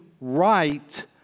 right